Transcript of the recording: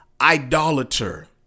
idolater